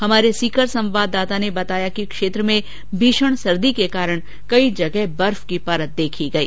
हमारे सीकर संवाददाता ने बताया कि क्षेत्र में भीषण सर्दी के कारण कई जगह बर्फ की परत देखी गई